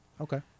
Okay